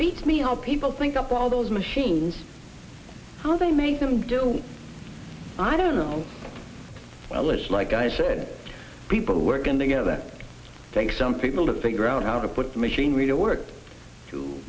beats me how people think of all those machines how they make them do i don't know well it's like i said people who are working together take some people to figure out how to put the machinery to work to